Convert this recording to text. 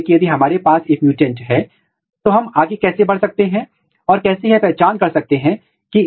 इसलिए एक बार जब आप एक जीन की पहचान कर लेते हैं तो आप इसे आगे के कार्यात्मक लक्षण पहचान के लिए कैसे ले जाएंगे